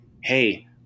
Hey